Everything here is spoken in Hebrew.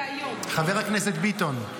חבר הכנסת ביטון,